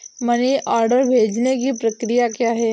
Money order भेजने की प्रक्रिया क्या है?